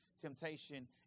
Temptation